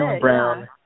Brown